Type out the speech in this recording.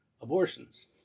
abortions